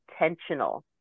intentional